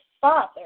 father